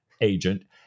agent